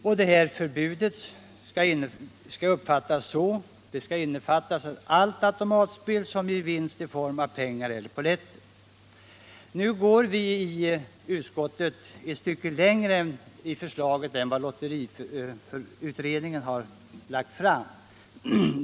I detta förbud innefattas all automatspel som ger vinst i form av pengar eller polletter. Utskottet går ett stycke längre än lotteriutredningen gjorde i sitt förslag.